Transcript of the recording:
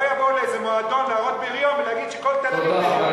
לא יבואו לאיזה מועדון להראות בריון ולהגיד שכל תל-אביב,